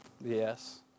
Yes